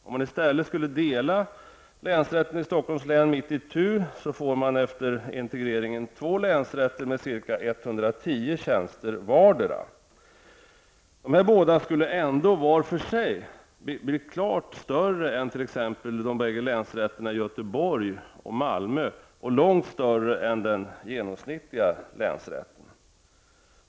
Om man i stället delar länsrätten i 110 tjänster vardera. De båda skulle ändå var för sig bli klart större än t.ex. de båda länsrätterna i Göteborg och Malmö och mycket större än den genomsnittliga länsrätten.